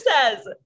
says